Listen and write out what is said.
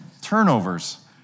turnovers